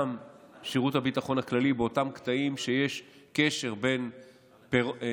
גם שירות הביטחון הכללי באותם קטעים שיש בהם קשר בין טרור,